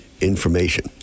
information